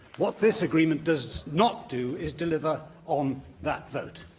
what this agreement does not do is deliver on that vote.